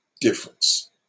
difference